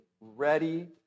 ready